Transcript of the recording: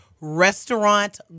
restaurant